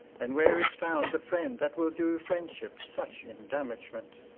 and where is found the friend that will do friendship such indammagement?